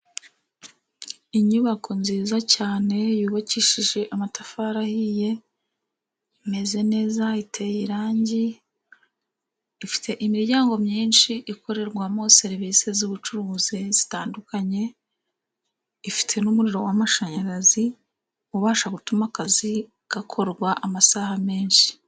Inyubako nziza cyane. Yubakishije amatafari ahiye. Imeze neza, iteye irangi. Ifite imiryango myinshi. Ikorerwamo serivisi z'ubucuruzi zitandukanye. Ifite n'umuriro w'amashanyarazi ubasha gutuma akazi gakorwa amasaha menshi.